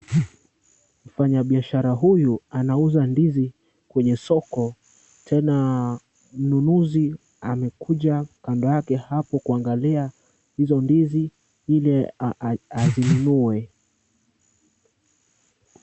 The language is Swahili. Mfayabiashara huyu anauza ndizi kwenye soko tena mnunuzi amekuja kando yake hapo kuangalia hizo ndizi ili azinunue.